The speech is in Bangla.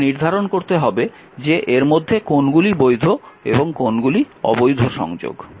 এখানে নির্ধারণ করতে হবে যে এর মধ্যে কোনগুলি বৈধ এবং কোনগুলি অবৈধ সংযোগ